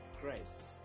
Christ